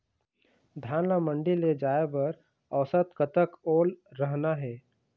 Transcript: धान ला मंडी ले जाय बर औसत कतक ओल रहना हे?